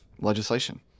legislation